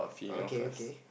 okay okay